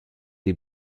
des